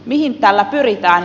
mihin tällä pyritään